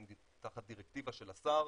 תחת דירקטיבה של השר,